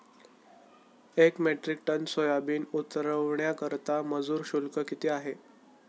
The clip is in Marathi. एक मेट्रिक टन सोयाबीन उतरवण्याकरता मजूर शुल्क किती आहे?